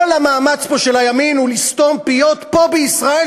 כל המאמץ פה של הימין הוא לסתום פיות פה בישראל,